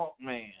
man